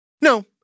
No